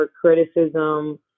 criticism